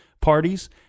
parties